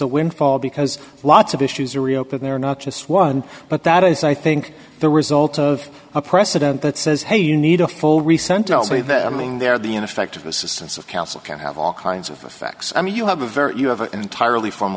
a windfall because lots of issues are reopened there not just one but that is i think the result of a precedent that says hey you need a full recently that i mean there are the ineffective assistance of counsel can have all kinds of effects i mean you have a very you have an entirely f